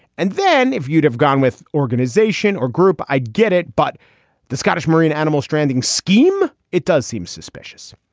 and then if you'd have gone with organization or group, i'd get it. but the scottish marine animal stranding scheme. it does seem suspicious,